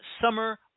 Summer